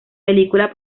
película